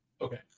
Okay